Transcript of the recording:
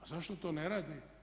A zašto to ne radi?